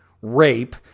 rape